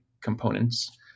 components